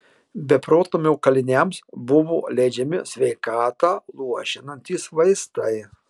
beprotnamio kaliniams buvo leidžiami sveikatą luošinantys vaistai